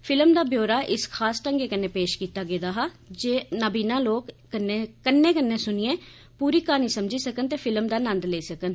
film दा ब्यौरा इस खास ढंगै कन्नै पेष कीता गेदा ऐ जे नाबीना लोक कन्नै सुनिये गै पूरी क्हानी समझी सकन ते फिल्म दा नंद लेई सकन